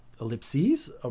ellipses